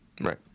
Right